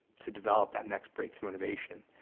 to develop that next breakthrough innovation,